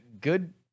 good